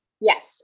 Yes